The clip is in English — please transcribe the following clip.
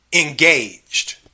engaged